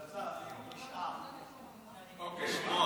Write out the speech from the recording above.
לרשותך שלוש